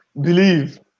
believe